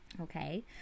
Okay